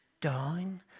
down